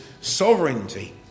sovereignty